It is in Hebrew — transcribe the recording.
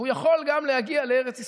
והוא יכול גם להגיע לארץ ישראל.